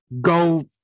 go